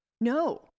No